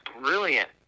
brilliant